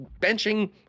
benching